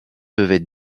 peuvent